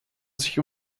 sich